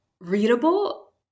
readable